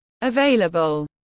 available